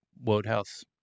Wodehouse